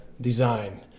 design